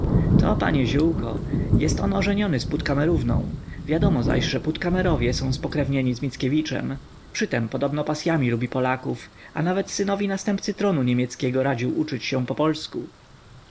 to panie ziółko jest on ożeniony z puttkamerówną wiadomo zaś że puttkamerowie są spokrewnieni z mickiewiczem przytem podobno pasyami lubi polaków a nawet synowi następcy tronu niemieckiego radził uczyć się po polsku